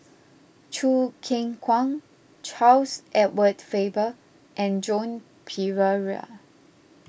Choo Keng Kwang Charles Edward Faber and Joan Pereira